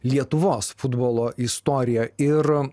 lietuvos futbolo istorija ir